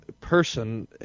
person